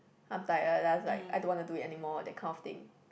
I'm tired then I just like I don't want to do it anymore that kind of thing